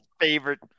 favorite